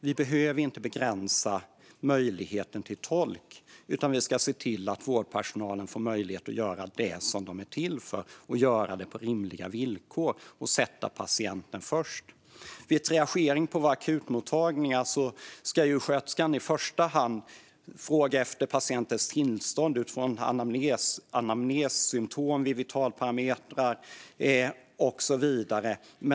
Vi behöver inte begränsa möjligheten till tolk, utan vi ska se till att vårdpersonalen får möjlighet att göra det som personalen är till för och att göra det på rimliga villkor samt sätta patienten först. Vid triagering på våra akutmottagningar ska sköterskan i första hand fråga efter patientens tillstånd utifrån anamnes, symtom, vitalparametrar och så vidare.